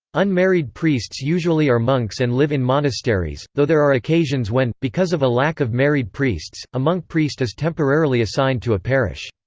unmarried priests usually are monks and live in monasteries, though there are occasions when, because of a lack of married priests, a monk-priest is temporarily assigned to a parish.